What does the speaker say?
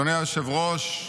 אדוני היושב-ראש,